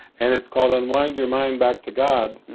and it's called unwind your mind back to god.